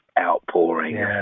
outpouring